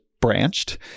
branched